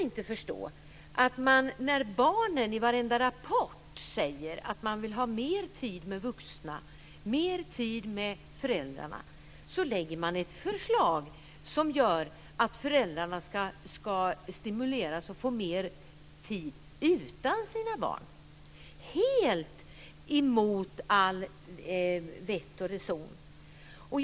När det i varenda rapport sägs att barn vill ha mer tid med vuxna, mer tid med föräldrarna kan jag inte förstå att man lägger fram ett förslag som gör att föräldrarna ska stimuleras till mer tid utan sina barn. Det är helt emot allt vett och reson.